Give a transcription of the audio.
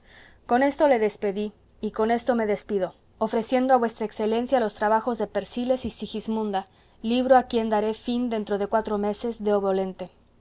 con esto le despedí y con esto me despido ofreciendo a vuestra excelencia los trabajos de persiles y sigismunda libro a quien daré fin dentro de cuatro meses deo volente